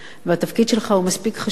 התפקיד שלך הוא מספיק חשוב,